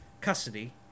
custody